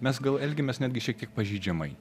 mes gal elgiamės netgi šiek tiek pažeidžiamai